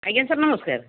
ଆଜ୍ଞା ସାର୍ ନମସ୍କାର